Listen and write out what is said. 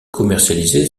commercialisé